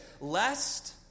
lest